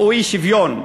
אי-שוויון.